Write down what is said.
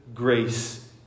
Grace